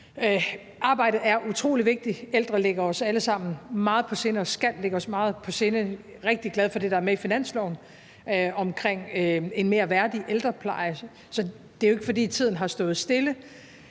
Arbejdet er utrolig vigtigt, de ældre ligger os alle sammen meget på sinde og skal ligge os meget på sinde, og jeg er rigtig glad for det, der er med i finansloven, omkring en mere værdig ældrepleje. Så det er jo ikke, fordi tiden har stået stille,